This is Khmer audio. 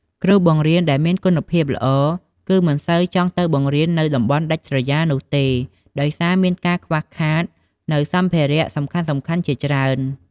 គ្រូបង្រៀនដែលមានគុណភាពល្អ គឺមិនសូវចង់ទៅបង្រៀននៅតំបន់ដាច់ស្រយាលនោះទេ ដោយសារមានការកង្វះខាតនៅសម្ភារៈសំខាន់ៗច្រើនពេក។